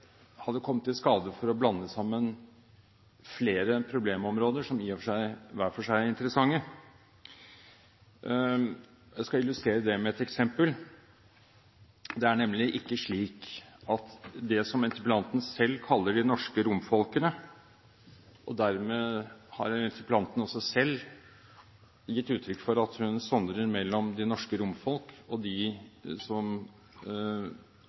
hadde kommet i skade for å blande sammen flere problemområder – som i og for seg hver for seg er interessante. Jeg skal illustrere det med et eksempel. Det er nemlig slik at ved at interpellanten selv kaller denne gruppen for de norske romfolkene, har interpellanten dermed selv gitt uttrykk for at hun sondrer mellom de norske romfolk og de som